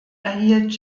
erhielt